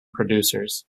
producers